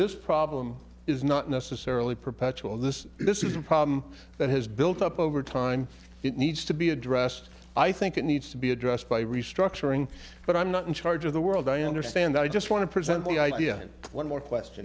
this problem is not necessarily perpetual this this is a problem that has built up over time it needs to be addressed i think it needs to be addressed by restructuring but i'm not in charge of the world i understand i just want to present the idea one more question